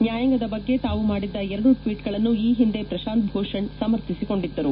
ನ್ಹಾಯಾಂಗದ ಬಗ್ಗೆ ತಾವು ಮಾಡಿದ್ದ ಎರಡು ಟ್ವೀಟ್ಗಳನ್ನು ಈ ಹಿಂದೆ ಪ್ರಶಾಂತ್ ಭೂಷಣ್ ಅವರು ಸಮರ್ಥಿಸಿಕೊಂಡಿದ್ದರು